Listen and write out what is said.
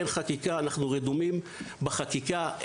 אין חקיקה, אנחנו רדומים בחקיקה.